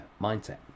mindset